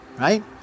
right